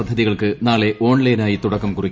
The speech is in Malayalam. പദ്ധതികൾക്ക് നാളെ ഓൺലൈനായി തുടക്കം കുറിക്കും